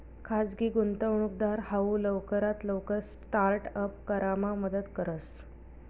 खाजगी गुंतवणूकदार हाऊ लवकरात लवकर स्टार्ट अप करामा मदत करस